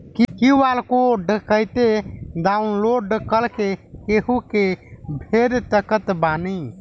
QR code कइसे download कर के केहु के भेज सकत बानी?